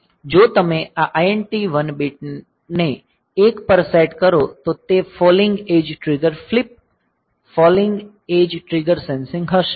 જો તમે આ IT1 બીટને 1 પર સેટ કરો તો તે falling edge trigger flip falling edge trigger sensing હશે